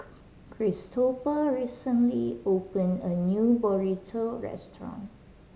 Kristopher recently opened a new Burrito restaurant